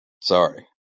Sorry